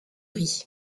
riz